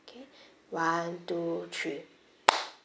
okay one two three